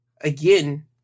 again